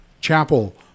chapel